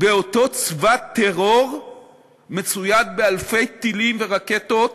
באותו צבא טרור מצויד באלפי טילים ורקטות